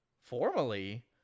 Formally